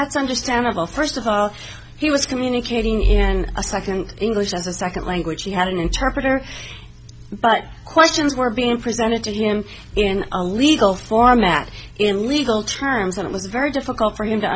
that's understandable first of all he was communicating here and a second english as a second language he had an interpreter but questions were being presented to him in a legal format in legal terms and it was very difficult for him to